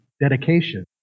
dedication